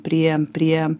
prie prie